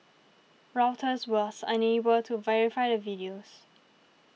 Reuters was unable to verify the videos